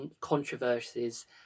controversies